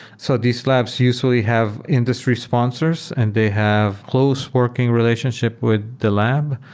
so these labs usually have industry sponsors and they have close working relationship with the lab.